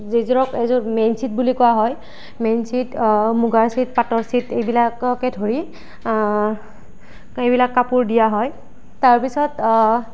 যিযোৰক সেইযোৰ মেইন চিট বুলি কোৱা হয় মেইন চিট মুগাৰ চিট পাটৰ চিট এইবিলাককে ধৰি এইবিলাক কাপোৰ দিয়া হয় তাৰপিছত